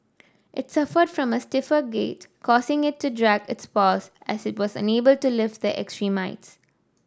it suffered from a stiffer gait causing it to drag its paws as it was unable to lift its